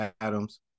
Adams